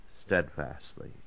steadfastly